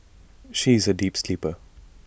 she is A deep sleeper